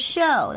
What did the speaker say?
Show